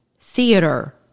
theater